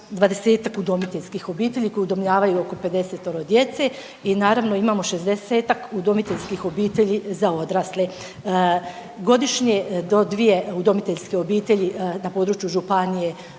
20-tak udomiteljskih obitelji koji udomljavaju oko 50-tero djece i naravno imamo 60-tak udomiteljskih obitelji za odrasle. Godišnje do 2 udomiteljske obitelji na području županije